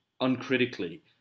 uncritically